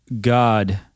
God